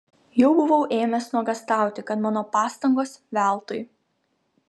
jau buvau ėmęs nuogąstauti kad mano pastangos veltui